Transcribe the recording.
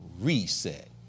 reset